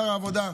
שר העבודה,